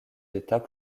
d’état